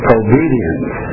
obedience